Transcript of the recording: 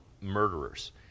murderers